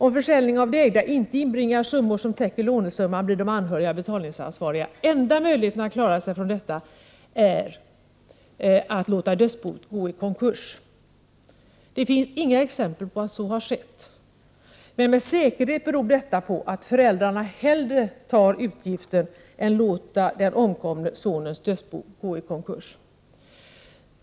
Om försäljning av det ägda inte inbringar summor som täcker lånesumman, blir de anhöriga betalningsansvariga. Den enda möjligheten att klara sig från detta är att låta dödsboet gå i konkurs. Det finns inga exempel på att så har skett. Med säkerhet beror detta på att föräldrarna hellre tar utgiften än att de låter den omkomne sonens dödsbo gå i konkurs.